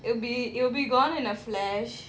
it'll be it'll be gone in a flash